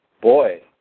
boy